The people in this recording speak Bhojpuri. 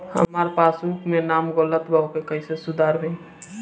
हमार पासबुक मे नाम गलत बा ओके कैसे सुधार होई?